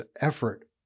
effort